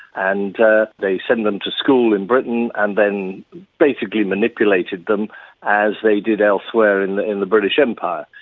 and ah they send them to school in britain and then basically manipulated them as they did elsewhere in the in the british empire.